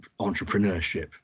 entrepreneurship